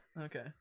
okay